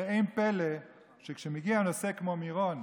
שאין פלא שכשמגיע נושא כמו מירון,